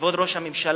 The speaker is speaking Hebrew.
כבוד ראש הממשלה,